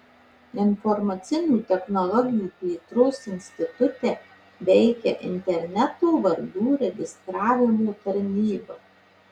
informacinių technologijų plėtros institute veikia interneto vardų registravimo tarnyba